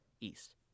East